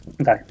okay